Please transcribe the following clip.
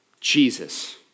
Jesus